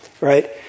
right